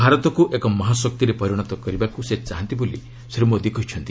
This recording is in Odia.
ଭାରତକୁ ଏକ ମହାଶକ୍ତିରେ ପରିଣତ କରିବାକୁ ସେ ଚାହାନ୍ତି ବୋଲି ଶ୍ରୀ ମୋଦି କହିଛନ୍ତି